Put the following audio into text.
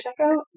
checkout